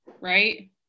right